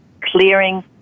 clearing